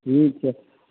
ठीक छै